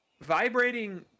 vibrating